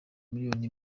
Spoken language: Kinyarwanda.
miliyoni